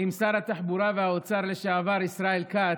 עם שר התחבורה והאוצר לשעבר ישראל כץ,